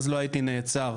לא הייתי נעצר.